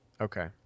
Okay